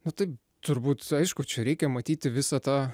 nu tai turbūt aišku čia reikia matyti visą tą